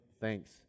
thanks